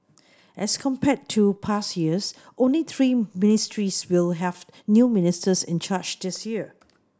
as compared to past years only three ministries will have new ministers in charge this year